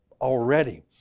already